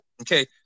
Okay